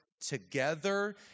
together